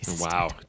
Wow